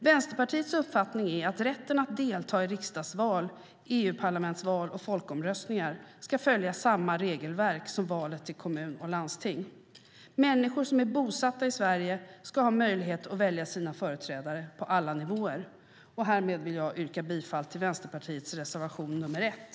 Vänsterpartiets uppfattning är att rätten att delta i riksdagsval, EU-parlamentsval och folkomröstningar ska följa samma regelverk som val till kommun och landsting. Människor som är bosatta i Sverige ska ha möjlighet att välja sina företrädare på alla nivåer. Därmed vill jag yrka bifall till Vänsterpartiets reservation nr 1.